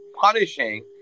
punishing